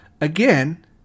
Again